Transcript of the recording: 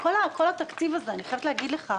בכל התקציב הזה, אני חייבת להגיד לך,